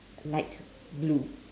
light blue